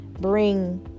bring